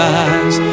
eyes